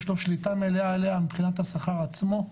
יש לו שליטה מלאה עליה מבחינת השכר עצמו,